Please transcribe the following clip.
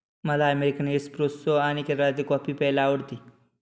मला American espresso आणि केरळातील कॉफी प्यायला आवडते